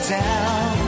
down